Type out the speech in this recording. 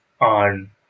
on